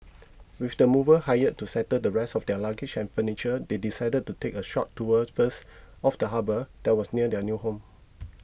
with the movers hired to settle the rest of their luggage and furniture they decided to take a short tour first of the harbour that was near their new home